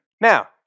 Now